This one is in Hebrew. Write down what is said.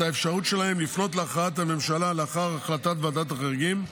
את האפשרות שלהם לפנות להכרעת הממשלה לאחר החלטת ועדת החריגים,